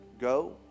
go